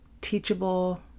Teachable